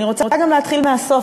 אני רוצה גם להתחיל מהסוף.